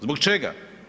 Zbog čega?